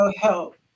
help